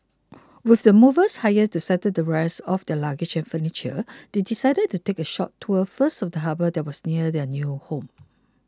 with the movers hired to settle the rest of their luggage and furniture they decided to take a short tour first of the harbour that was near their new home